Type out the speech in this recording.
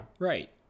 Right